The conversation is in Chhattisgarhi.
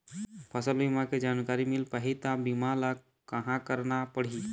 फसल बीमा के जानकारी मिल पाही ता बीमा ला कहां करना पढ़ी?